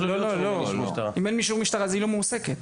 לא, אם אין אישור משטרה אז היא לא מועסקת.